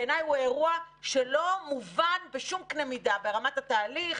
בעיניי הוא אירוע שלא מובן בשום קנה מידה ברמת התהליך,